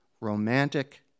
romantic